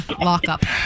lockup